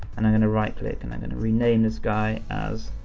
and i'm gonna right click and i'm gonna rename this guy as,